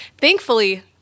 Thankfully